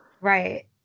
Right